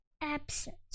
Absent